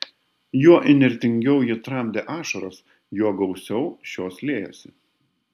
juo įnirtingiau ji tramdė ašaras juo gausiau šios liejosi